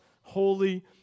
holy